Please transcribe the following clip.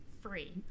free